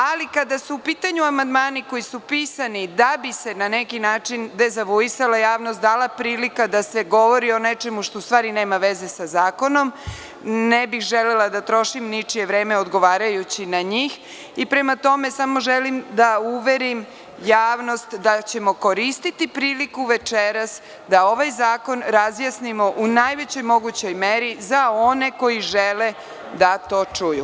Ali, kada su u pitanju amandmani koji su pisani da bi se na neki način dezavuisala javnost, dala prilika da se govori o nečemu što u stvari nema veze sa zakonom, ne bih želela da trošim ničije vreme odgovarajući na njih i prema tome samo želim da uverim javnost da ćemo koristiti priliku večeras da ovaj zakon razjasnimo u najvećoj mogućoj meri za one koji žele da to čuju.